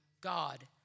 God